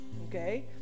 okay